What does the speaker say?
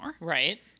right